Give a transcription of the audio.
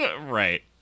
Right